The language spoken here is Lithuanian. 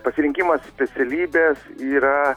pasirinkimas specialybės yra